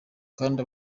kandi